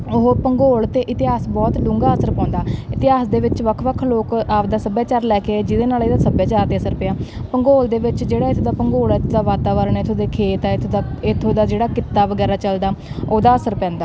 ਉਹ ਭੂੰਗੋਲ ਅਤੇ ਇਤਿਹਾਸ ਬਹੁਤ ਡੂੰਘਾ ਅਸਰ ਪਾਉਂਦਾ ਇਤਿਹਾਸ ਦੇ ਵਿੱਚ ਵੱਖ ਵੱਖ ਲੋਕ ਆਪਣਾ ਸੱਭਿਆਚਾਰ ਲੈ ਕੇ ਜਿਹਦੇ ਨਾਲ ਇਹਦਾ ਸੱਭਿਆਚਾਰ 'ਤੇ ਅਸਰ ਪਿਆ ਭੂੰਗੋਲ ਦੇ ਵਿੱਚ ਜਿਹੜਾ ਇੱਥੋਂ ਦਾ ਭੂੰਗੋਲ ਆ ਇੱਥੋਂ ਦਾ ਵਾਤਾਵਰਨ ਹੈ ਇੱਥੋਂ ਦੇ ਖੇਤ ਹੈ ਇੱਥੋਂ ਦਾ ਇੱਥੋਂ ਦਾ ਜਿਹੜਾ ਕਿੱਤਾ ਵਗੈਰਾ ਚੱਲਦਾ ਉਹਦਾ ਅਸਰ ਪੈਂਦਾ